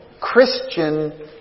Christian